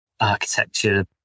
architecture